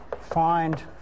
find